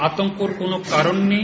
আতঙ্কের কোনো কারণ নেই